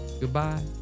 goodbye